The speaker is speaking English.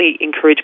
encourage